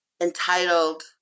entitled